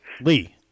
Lee